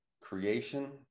creation